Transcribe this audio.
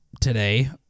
today